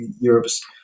Europe's